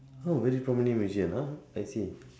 how many from many museum ah I see